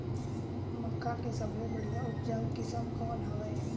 मक्का के सबले बढ़िया उपजाऊ किसम कौन हवय?